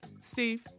Steve